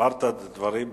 אמרת דברים בסלע,